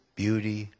beauty